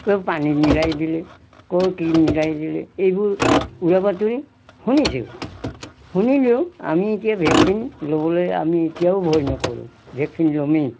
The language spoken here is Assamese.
পানী মিলাই দিলে কি মিলাই দিলে এইবোৰ উৰা বাতৰি শুনিছোঁ শুনিলেও আমি এতিয়া ভেকচিন ল'বলৈ আমি এতিয়াও ভয় নকৰোঁ ভেকচিন ল'মেই